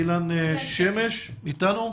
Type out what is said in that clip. אילן שמש אתנו?